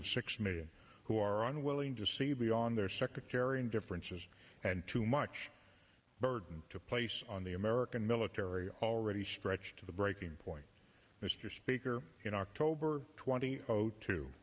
million who are unwilling to see beyond their secretary and differences and too much burden to place on the american military already stretched to the breaking point mr speaker in october twenty